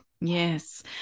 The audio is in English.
Yes